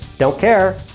don't care.